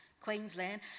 Queensland